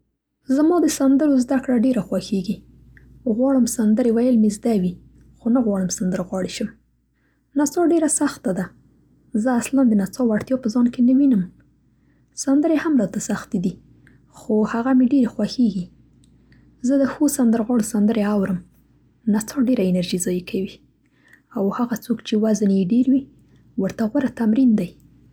زما د سندرو زده کړه ډېره خوښېږي. غواړم سندرې ویل مې زده وي، خو نه غواړم سندرغاړې شم. نڅا ډېره سخته ده. زه اصلا د نڅا وړتیا په ځان کې نه وینم. سندرې هم راته سختې دي خو هغه مې ډېرې خوښېږي. زه د ښو سندرغاړو سندرې اورم. نڅا ډېره انرژي ضایع کوي او هغه څوک چې وزن یې ډېر وي ورته غوره تمرین دی.